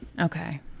Okay